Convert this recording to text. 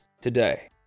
today